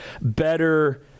better